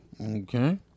Okay